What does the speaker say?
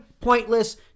pointless